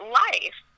life